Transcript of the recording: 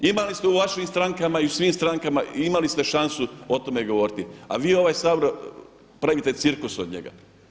Imali ste u vašim strankama i u svim strankama imali ste šansu o tome govoriti, a vi ovaj Sabor pravite cirkus od njega.